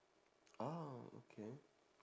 ah okay